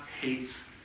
hates